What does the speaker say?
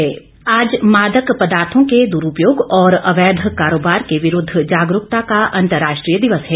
मादक पदार्थ आज मादक पदार्थो के दुरूपयोग और अवैध कारोबार के विरूद्व जागरूकता का अंतर्राष्ट्रीय दिवस है